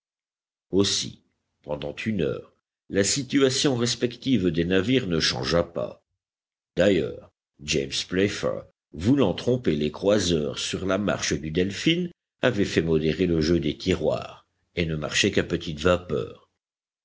aussi pendant une heure la situation respective des navires ne changea pas d'ailleurs james playfair voulant tromper les croiseurs sur la marche du delphin avait fait modérer le jeu des tiroirs et ne marchait qu'à petite vapeur